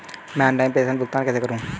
मैं ऑनलाइन प्रेषण भुगतान कैसे करूँ?